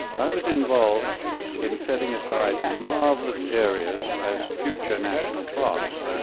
i was involved in setting aside marvelous areas as future national parks.